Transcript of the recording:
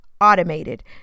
automated